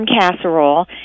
casserole